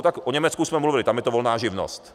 Tak o Německu jsme mluvili, tam je to volná živnost.